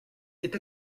est